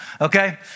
okay